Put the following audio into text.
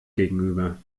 gegenüber